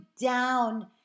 down